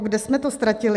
Kde jsme to ztratili?